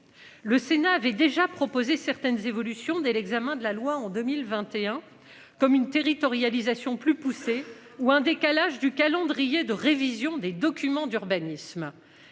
Le Sénat avait déjà proposé certaines évolutions dès l'examen de la loi en 2021 comme une territorialisation plus poussée ou un décalage du calendrier de révisions des documents d'urbanisme.